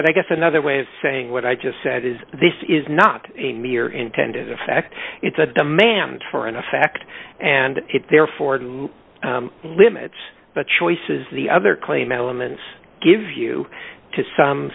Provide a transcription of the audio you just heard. but i guess another way of saying what i just said is this is not a mere intended effect it's a demand for an effect and therefore do limits but choices the other claim elements give you to some